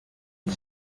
iki